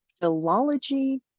Philology